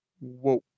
Whoa